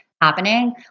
happening